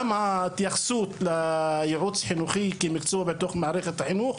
גם ההתייחסות לייעוץ החינוכי כמקצוע בתוך מערכת החינוך,